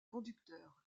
conducteurs